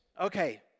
okay